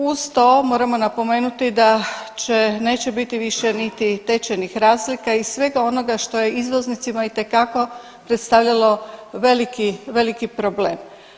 Uz to moramo napomenuti da će, neće biti više niti tečajnih razlika i svega onoga što je izvoznicima itekako predstavljalo veliki, veliki problem.